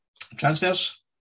Transfers